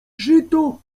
żyto